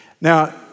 Now